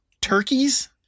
turkeys